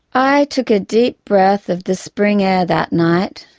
i took a deep breath of the spring air that night,